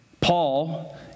Paul